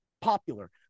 popular